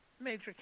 major